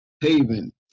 Haven